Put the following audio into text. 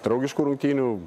draugiškų rungtynių